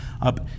up